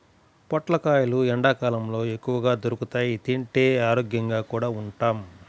పొట్లకాయలు ఎండ్లకాలంలో ఎక్కువగా దొరుకుతియ్, తింటే ఆరోగ్యంగా కూడా ఉంటాం